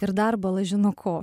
ir dar bala žino ko